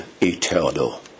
eternal